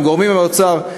עם גורמים מהאוצר.